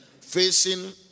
Facing